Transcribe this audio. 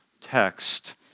text